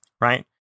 right